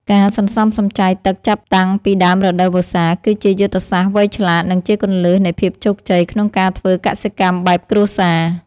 ការសន្សំសំចៃទឹកចាប់តាំងពីដើមរដូវវស្សាគឺជាយុទ្ធសាស្ត្រវៃឆ្លាត និងជាគន្លឹះនៃភាពជោគជ័យក្នុងការធ្វើកសិកម្មបែបគ្រួសារ។